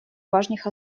важных